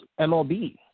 MLB